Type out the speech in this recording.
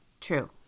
True